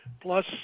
plus